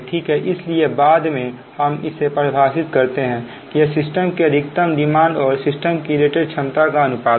इसलिए बाद में हम इसे परिभाषित करते हैं यह सिस्टम की अधिकतम डिमांड और सिस्टम की रेटेड क्षमता का अनुपात है